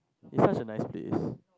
it's such a nice place